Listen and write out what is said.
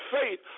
faith